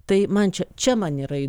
tai man čia čia man yra